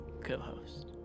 co-host